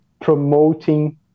promoting